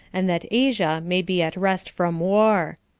and that asia may be at rest from war.